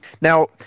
now